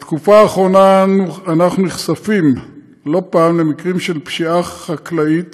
בתקופה האחרונה אנחנו נחשפים לא פעם למקרים של פשיעה חקלאית